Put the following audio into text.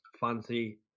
fancy